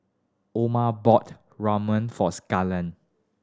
Orma bought Ramyeon for Skylar